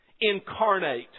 Incarnate